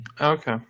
Okay